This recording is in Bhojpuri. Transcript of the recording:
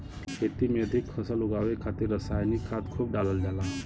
खेती में अधिक फसल उगावे खातिर रसायनिक खाद खूब डालल जाला